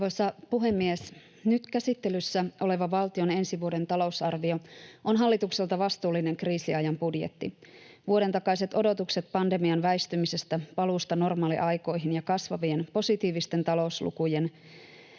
Arvoisa puhemies! Nyt käsittelyssä oleva valtion ensi vuoden talousarvio on hallitukselta vastuullinen kriisiajan budjetti. Vuoden takaiset odotukset pandemian väistymisestä ja paluusta normaaliaikoihin ja kasvavien positiivisten talouslukujen